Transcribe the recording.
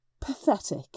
pathetic